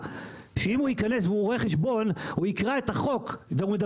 שאם הוא ייכנס ויקרא את החוק והוא רואה חשבון,